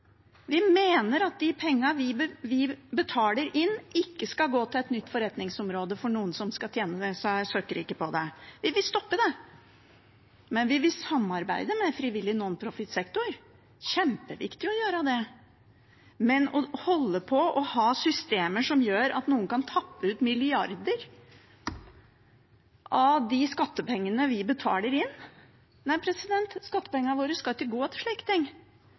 Vi mener at de pengene vi betaler inn, ikke skal gå til et nytt forretningsområde for noen som skal tjene seg søkkrike på det. Vi vil stoppe det, men vi vil samarbeide med frivillig, nonprofit, sektor – kjempeviktig å gjøre det. Men å holde på å ha systemer som gjør at noen kan tappe ut milliarder av de skattepengene vi betaler inn – nei, skattepengene våre skal ikke gå til slike ting.